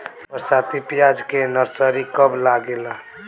बरसाती प्याज के नर्सरी कब लागेला?